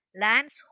lands